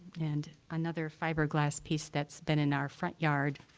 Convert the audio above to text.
and another fiber glass piece that's been in our front yard.